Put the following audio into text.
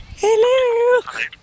Hello